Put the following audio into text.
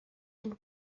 and